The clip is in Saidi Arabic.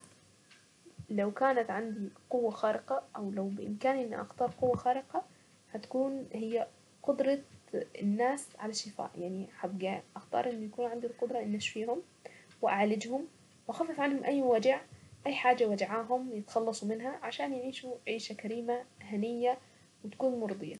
لو كانت عندي قوة خارقة، أو لو بامكاني اني اختار قوة خارقة هتكون هي قدرة الناس على الشفاء. يعني هبقى اختار انه يكون عنده القدرة ان اشفيهم واعالجهم، واخفف عنهم اي وجع اي حاجة وجعاهم يتخلصوا منها عشان يعيشوا عيشة كريمة، هنية، مرضية.